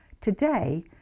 Today